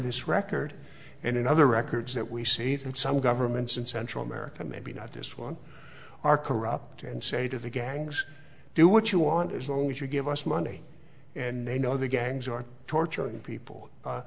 this record and in other records that we see from some governments and central america maybe not this one are corrupt and say to the gangs do what you want as long as you give us money and they know the gangs are torturing people a